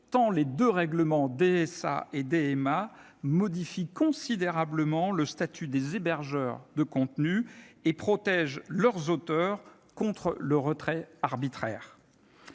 tant les deux règlements DSA et DMA modifient considérablement le statut des hébergeurs de contenus et protègent les auteurs du retrait arbitraire.